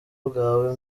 bwawe